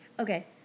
okay